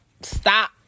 stop